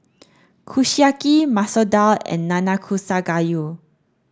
Kushiyaki Masoor Dal and Nanakusa Gayu